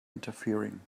interfering